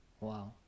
Wow